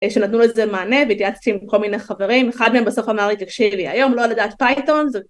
שנתנו לזה מענה, והתייעצתי עם כל מיני חברים, אחד מהם בסוף אמר לי, תקשיבי, היום לא לדעת פייתון